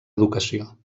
educació